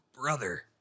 brother